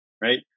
right